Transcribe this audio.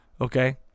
okay